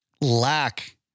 lack